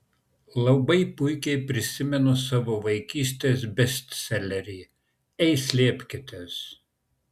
labai puikiai prisimenu savo vaikystės bestselerį ei slėpkitės